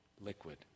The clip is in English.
liquid